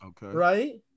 right